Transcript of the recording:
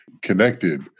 connected